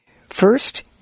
First